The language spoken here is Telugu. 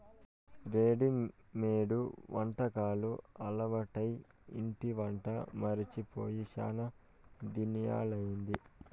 రెడిమేడు వంటకాలు అలవాటై ఇంటి వంట మరచి పోయి శానా దినాలయ్యింది